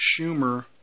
Schumer